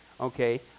okay